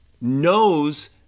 knows